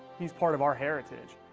he's part of our heritage.